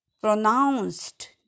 pronounced